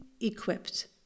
equipped